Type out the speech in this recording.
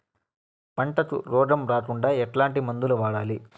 పంటకు రోగం రాకుండా ఎట్లాంటి మందులు వాడాలి?